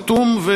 חתום,